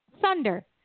thunder